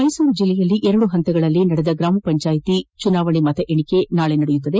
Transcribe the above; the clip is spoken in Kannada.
ಮೈಸೂರು ಜಿಲ್ಲೆಯಲ್ಲಿ ಎರಡು ಹಂತಗಳಲ್ಲಿ ನಡೆದ ಗ್ರಾಮ ಪಂಚಾಯತಿ ಚುನಾವಣೆ ಮತ ಎಣಿಕೆ ನಾಳಿ ನಡೆಯಲಿದೆ